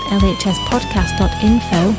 lhspodcast.info